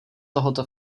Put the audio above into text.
tohoto